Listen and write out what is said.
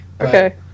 okay